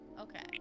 Okay